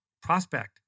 prospect